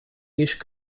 лишь